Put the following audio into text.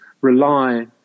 rely